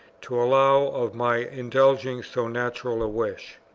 to allow of my indulging so natural a wish.